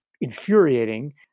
infuriating